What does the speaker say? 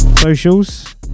socials